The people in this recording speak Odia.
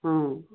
ହଁ